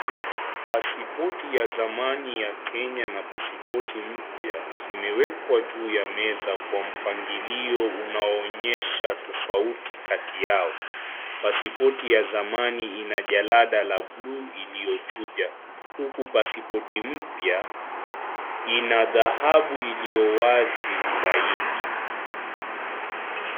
Pasipoti ya Kenya ya zamani na pasipoti mpya, zimewekwa juu ya meza kwa mpangilio unaonyesha tofauti kati yao. Pasipoti ya zamani ina jalada la bluu iliyochuja huku pasipoti mpya ina dhahabu iliyowazi zaidi.